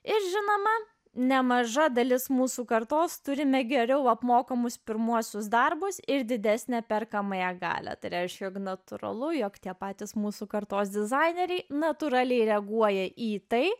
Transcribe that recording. ir žinoma nemaža dalis mūsų kartos turime geriau apmokamus pirmuosius darbus ir didesnę perkamąją galią tai reiškia jog natūralu jog tie patys mūsų kartos dizaineriai natūraliai reaguoja į tai